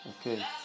Okay